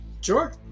Sure